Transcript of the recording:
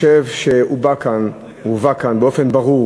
כאן באופן ברור